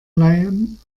leihen